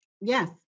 yes